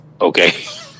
okay